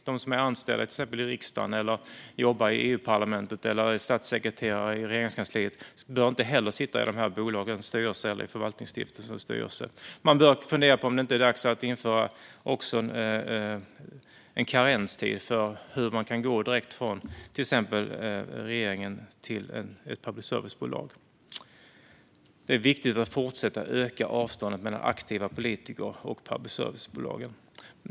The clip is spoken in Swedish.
De som är anställda till exempel i riksdagen, jobbar i EU-parlamentet eller är statssekreterare i Regeringskansliet bör inte heller sitta i de här bolagens styrelse eller i förvaltningsstiftelsens styrelse. Man bör fundera på om det inte är dags att också införa en karenstid som gäller när någon går från till exempel regeringen till ett public service-bolag. Det är viktigt att fortsätta att öka avståndet mellan aktiva politiker och public service-bolagen.